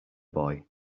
boy